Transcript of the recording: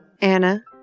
Anna